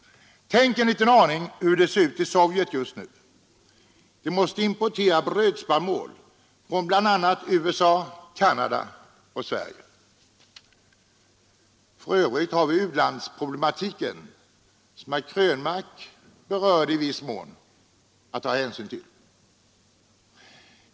Tänk en liten aning på hur det ser ut i Sovjet just nu! Landet måste importera brödspannmål från bl.a. USA, Canada och Sverige. För övrigt har vi också u-landsproblematiken, som herr Krönmark i viss mån berörde, att ta hänsyn till.